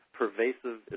pervasive